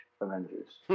Avengers